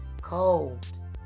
cold